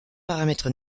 paramètre